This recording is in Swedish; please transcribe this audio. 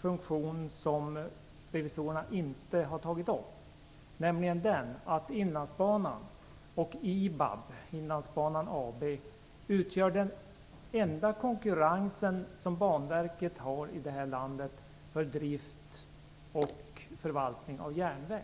funktion som revisorerna inte har tagit upp, nämligen att Inlandsbanan och Inlandsbanan AB, IBAB, utgör den enda konkurrens som Banverket har i vårt land för drift och förvaltning av järnväg.